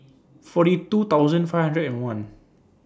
forty two thousand five hundred and one